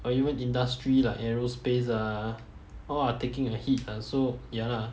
or even industry like aerospace ah all are taking a hit ah so ya lah